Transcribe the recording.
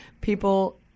people